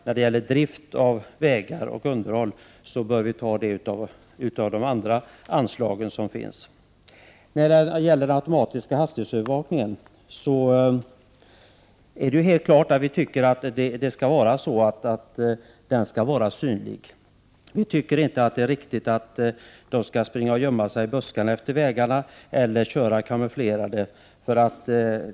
När det gäller drift och underhåll av vägar bör vi ta pengar från de anslag som finns. När det gäller automatisk hastighetsövervakning är det helt klart att vi tycker att den skall vara synlig. Vi vill inte att poliser skall gömma sig i buskarna efter vägarna eller köra kamouflerade.